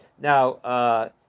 Now